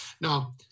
Now